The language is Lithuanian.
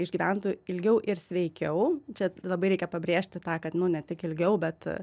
išgyventų ilgiau ir sveikiau čia labai reikia pabrėžti tą kad nu ne tik ilgiau bet